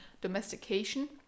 domestication